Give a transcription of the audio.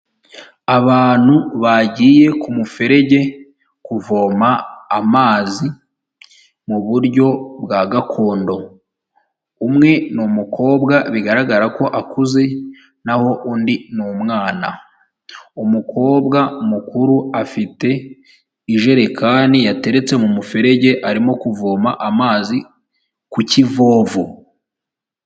Abantu bagiye ku muferege kuvoma amazi mu buryo bwa gakondo, umwe ni umukobwa bigaragara ko akuze n'aho undi ni umwana, umukobwa mukuru afite ijerekani yateretse mu muferege arimo kuvoma amazi ku kivovo.